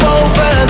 over